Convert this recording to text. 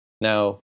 Now